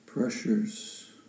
pressures